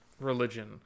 religion